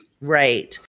Right